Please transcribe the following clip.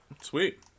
Sweet